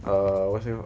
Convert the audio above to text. err what do you